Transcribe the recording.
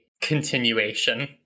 continuation